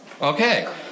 Okay